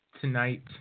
tonight